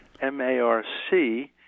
M-A-R-C